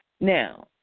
Now